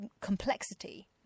complexity